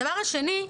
הדבר השני,